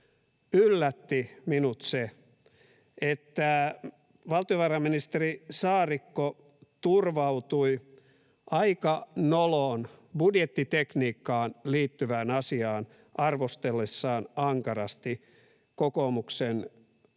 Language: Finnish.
yllätti minut se, että valtiovarainministeri Saarikko turvautui aika noloon, budjettitekniikkaan liittyvään asiaan arvostellessaan ankarasti